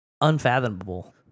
unfathomable